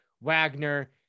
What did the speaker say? Wagner